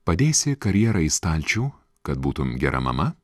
padėsi karjerą į stalčių kad būtum gera mama